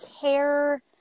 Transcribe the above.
care